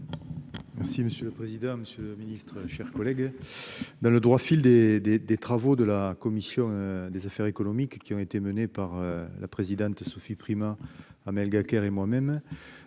monsieur le président, monsieur le ministre, chers collègues, dans le droit fil des, des, des travaux de la commission des affaires économiques qui ont été menées par la présidente Sophie Primas Amélie hacker et moi-même,